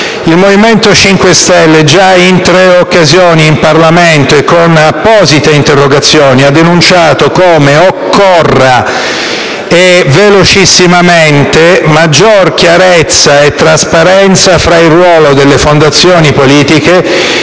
Il Movimento 5 Stelle, già in tre occasioni in Parlamento e con apposite interrogazioni, ha denunciato come occorra velocissimamente maggior chiarezza e trasparenza nel rapporto tra le fondazioni politiche